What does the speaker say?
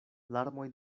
larmoj